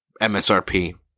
MSRP